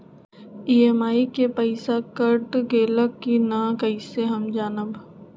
EMI के पईसा cut गेलक कि ना कइसे हम जानब?